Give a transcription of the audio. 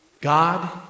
God